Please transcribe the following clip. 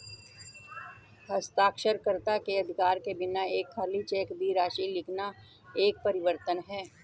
हस्ताक्षरकर्ता के अधिकार के बिना एक खाली चेक में राशि लिखना एक परिवर्तन है